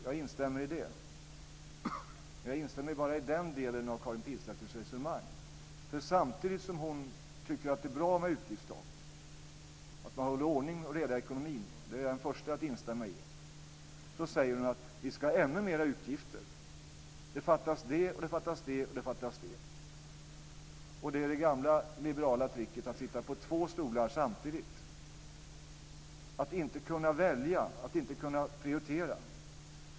Jag instämmer i det. Men jag instämmer bara i den delen av Karin Pilsäters resonemang. Samtidigt som hon tycker att utgiftstak är bra, och att det är bra att man håller ordning och reda i ekonomin - och det är jag den första att instämma i - säger hon ju att vi ska ha ännu mer utgifter. Det fattas det, det fattas det och det fattas det. Detta är det gamla liberala tricket att sitta på två stolar samtidigt och att inte kunna välja och prioritera.